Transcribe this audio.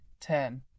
ten